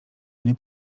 mnie